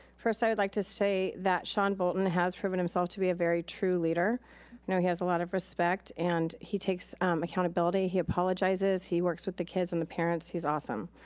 first, i would like to say that sean boulton has proven himself to be a very true leader. i know he has a lot of respect and he takes accountability. he apologizes, he works with the kids and the parents. he's awesome.